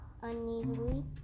uneasily